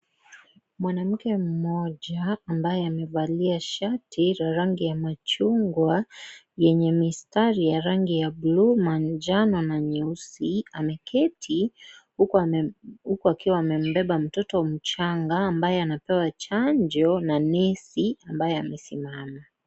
Mwanamke mmoja ambaye amevalia shati la rangi ya machungwa yenye mistari ya rangi ya blue , manjano na nyeusi ameketi huku akiwa amembeba mtoto mchanga ambaye amepewa chanjo na nesi ambaye amesimama.